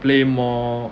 play more